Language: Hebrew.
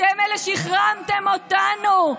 אתם אלה שהחרמתם אותנו.